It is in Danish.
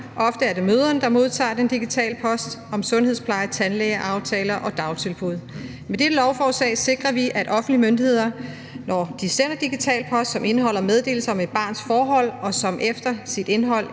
Ofte er det mødrene, der modtager den digitale post om sundhedspleje, tandlægeaftaler og dagtilbud. Med dette lovforslag sikrer vi, at offentlige myndigheder, når de sender digital post, som indeholder meddelelser om et barns forhold, og som efter sit indhold